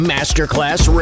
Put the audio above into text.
Masterclass